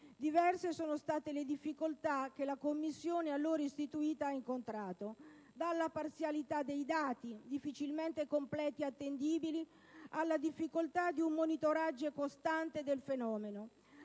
Diverse sono state le difficoltà che la Commissione allora istituita ha incontrato, dalla parzialità dei dati, difficilmente completi ed attendibili, alla difficoltà di un monitoraggio costante del fenomeno.